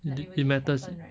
it it matters